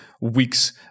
weeks